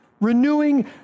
renewing